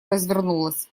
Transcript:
развернулась